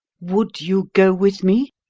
would you go with me?